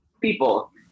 people